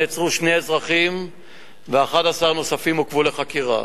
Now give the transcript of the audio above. נעצרו שני אזרחים ו-11 נוספים עוכבו לחקירה.